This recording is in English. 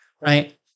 Right